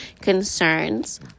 concerns